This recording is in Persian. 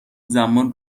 زمان